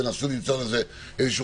תנסו למצוא איזו חלופה.